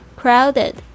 crowded